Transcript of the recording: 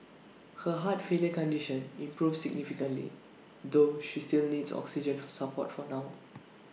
her heart failure condition improved significantly though she still needs oxygen support for now